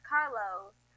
Carlos